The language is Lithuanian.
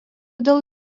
dėl